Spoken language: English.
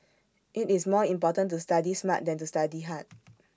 IT is more important to study smart than to study hard